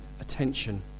attention